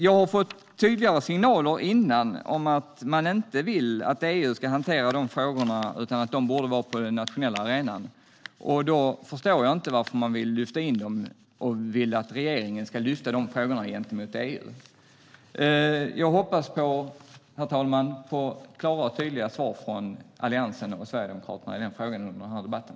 Jag har tidigare fått tydliga signaler om att man inte vill att EU ska hantera dessa frågor utan att de bör hanteras på den nationella arenan. Då förstår jag inte varför man vill lyfta in dem och vill att regeringen ska lyfta upp dessa frågor i EU. Herr talman! Jag hoppas på klara och tydliga svar från Alliansen och Sverigedemokraterna i denna fråga under debatten.